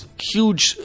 huge